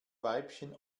weibchen